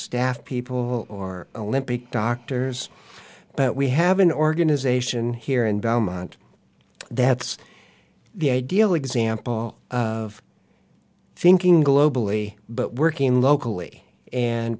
staff people or a limpy doctors but we have an organization here in belmont that's the ideal example of thinking globally but working locally and